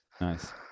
nice